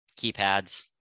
keypads